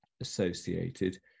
associated